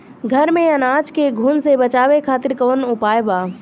घर में अनाज के घुन से बचावे खातिर कवन उपाय बा?